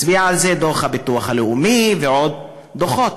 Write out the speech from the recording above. הצביעו על זה דוח הביטוח הלאומי ועוד דוחות.